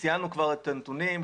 ציינו כבר את הנתונים.